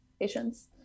patients